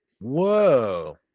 Whoa